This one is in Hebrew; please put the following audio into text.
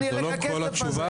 זו לא כל התשובה,